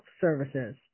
Services